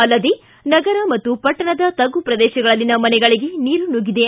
ಅಲ್ಲದೆ ನಗರ ಮತ್ತು ಪಟ್ಟಣದ ತಗ್ಗು ಪ್ರದೇಶಗಳಲ್ಲಿನ ಮನೆಗಳಗೆ ನೀರು ನುಗ್ಗಿದೆ